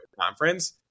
conference